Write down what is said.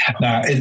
Now